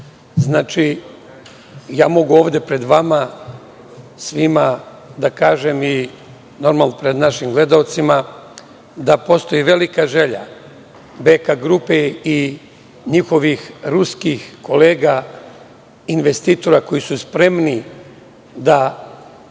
urađeno. Ja mogu ovde pred vama svima da kažem, normalno i pred našim gledaocima, da postoji velika želja BK grupe i njihovih ruskih kolega investitora koji su spremni da